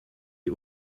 est